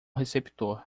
receptor